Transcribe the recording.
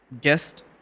guest